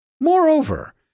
Moreover